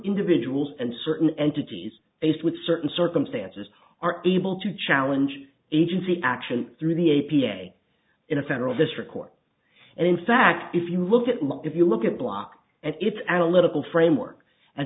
individuals and certain entities faced with certain circumstances are able to challenge agency action through the a p a in a federal district court and in fact if you look at law if you look at block and if analytical frame